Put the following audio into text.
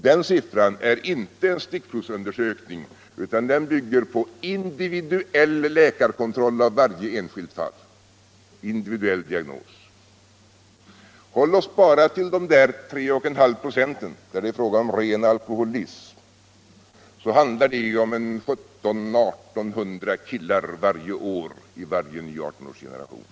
Den siffran kommer inte från någon stickprovsundersökning, utan den bygger på individuell kontroll av varje enskilt fall, individuell diagnos. Håller vi oss bara till de 3,5 96 där det är fråga om ren alkoholism, så handlar det om 1 700-1 800 killar varje år i varje ny 18-årsgeneration.